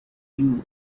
you